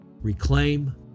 reclaim